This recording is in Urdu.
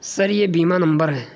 سر یہ بیمہ نبمر ہے